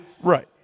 Right